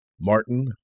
Martin